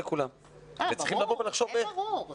לברך ברכת המזון,